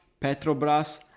petrobras